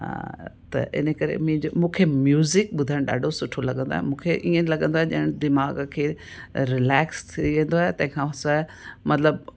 त इन करे मुंहिंजो मूंखे म्युज़िक ॿुधणु ॾाढो सुठो लॻंदो आहे मूंखे ईअं लॻंदो आहे ॼण दिमाग़ खे रिलेक्स थी वेंदो आहे तंहिंखां सवाइ मतिलबु